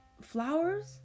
flowers